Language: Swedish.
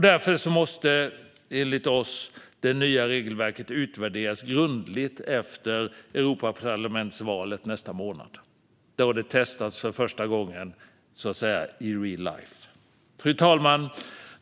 Därför måste enligt oss det nya regelverket utvärderas grundligt efter Europaparlamentsvalet nästa månad, då det har testats för första gången i real life. Fru talman!